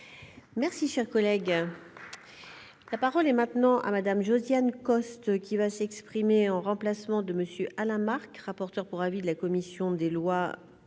Merci, cher collègue, la parole est maintenant à Madame Josiane Costes qui va s'exprimer en remplacement de Monsieur Alain Marc, rapporteur pour avis de la commission des lois pour le